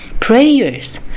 prayers